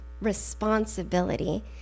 responsibility